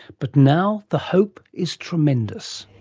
but now the hope is tremendous.